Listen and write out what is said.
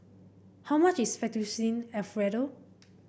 how much is Fettuccine Alfredo